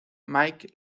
mike